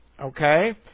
Okay